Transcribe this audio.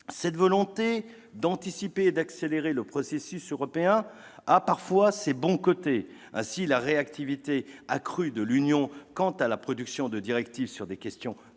Cette volonté d'anticiper et d'accélérer le processus européen peut avoir ses bons côtés : ainsi, la réactivité accrue de l'Union quant à la production de directives sur des questions stratégiques